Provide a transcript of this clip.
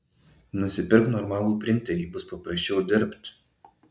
nusipirk normalų printerį bus paprasčiau dirbt